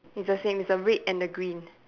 it's the same it's the red and the green